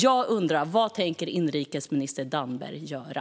Jag undrar: Vad tänker inrikesminister Damberg göra?